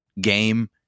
game